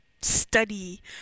study